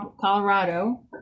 Colorado